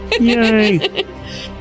Yay